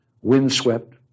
windswept